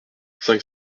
cinq